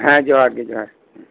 ᱦᱮᱸ ᱡᱚᱦᱟᱨ ᱜᱮ ᱡᱚᱦᱟᱨ ᱜᱮ ᱦᱮᱸ